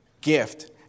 gift